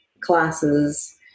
classes